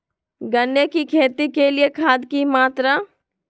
गन्ने की खेती के लिए खाद की मात्रा?